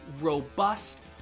robust